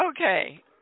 Okay